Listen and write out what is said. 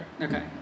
Okay